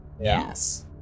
Yes